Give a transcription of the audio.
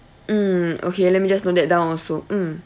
mm okay let me just note that down also mm